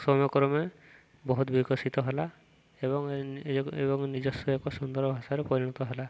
ସମୟକ୍ରମେ ବହୁତ ବିକଶିତ ହେଲା ଏବଂ ଏବଂ ନିଜସ୍ୱ ଏକ ସୁନ୍ଦର ଭାଷାରେ ପରିଣତ ହେଲା